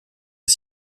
est